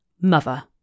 Mother